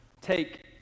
Take